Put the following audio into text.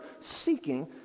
seeking